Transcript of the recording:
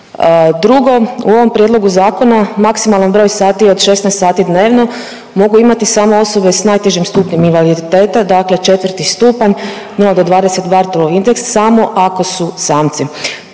Drugo, u ovom prijedlogu zakona maksimalan broj sati je od 16 sati dnevno, mogu imati samo osobe s najtežim stupnjem invaliditeta, dakle IV stupanj, no do 20 Barthelov indeks samo ako su samci.